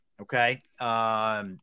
Okay